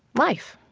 life?